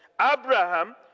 Abraham